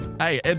Hey